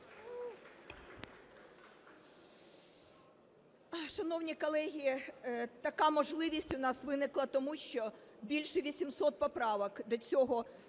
Шановні колеги, така можливість у нас виникла, тому що більше 800 поправок до цього